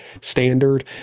standard